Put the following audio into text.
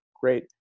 great